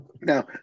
Now